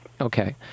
okay